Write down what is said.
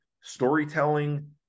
storytelling